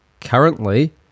Currently